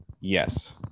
Yes